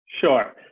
Sure